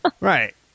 right